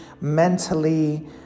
mentally